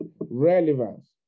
Relevance